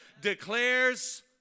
declares